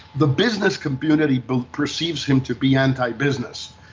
the business community but perceives him to be anti-business.